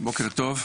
בוקר טוב,